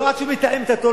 ולתאם אתו,